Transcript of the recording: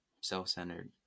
self-centered